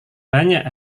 banyak